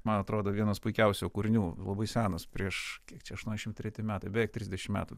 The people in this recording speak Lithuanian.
man atrodo vienas puikiausių jo kūrinių labai senas prieš kiek čia aštuoniasdešimt treti metai beveik trisdešimt metų